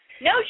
No